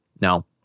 Now